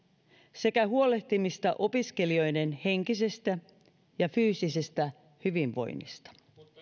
sekä huolehtimista opiskelijoiden henkisestä ja fyysisestä hyvinvoinnista